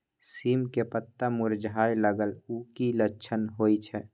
सीम के पत्ता मुरझाय लगल उ कि लक्षण होय छै?